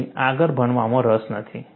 તમને આગળ ભણવામાં રસ નથી